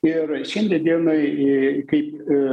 ir šiandien dienai kaip